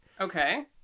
Okay